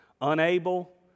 Unable